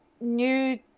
New